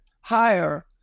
higher